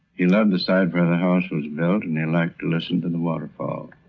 he loved the site where the house was built and and like to listen to the waterfall,